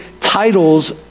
titles